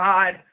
God